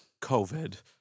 COVID